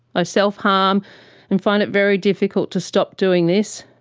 i self-harm and find it very difficult to stop doing this.